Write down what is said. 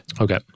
Okay